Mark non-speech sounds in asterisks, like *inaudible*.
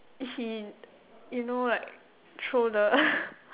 he you know like throw the *laughs*